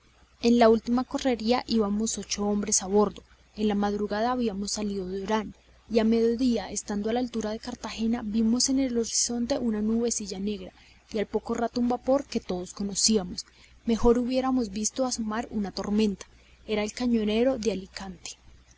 en la última correría íbamos ocho hombres a bordo en la madrugada habíamos salido de orán y a mediodía estando a la altura de cartagena vimos en el horizonte una nubecilla negra y al poco rato un vapor que todos conocimos mejor hubiéramos visto asomar una tormenta era el cañonero de alicante